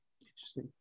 Interesting